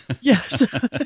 yes